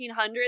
1800s